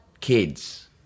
kids